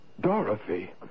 Dorothy